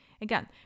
Again